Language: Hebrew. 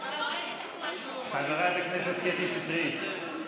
חברת הכנסת קטי שטרית.